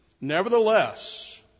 Nevertheless